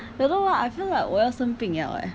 don't know what I feel like 我要生病了 eh